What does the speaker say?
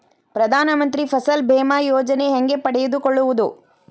ಪ್ರಧಾನ ಮಂತ್ರಿ ಫಸಲ್ ಭೇಮಾ ಯೋಜನೆ ಹೆಂಗೆ ಪಡೆದುಕೊಳ್ಳುವುದು?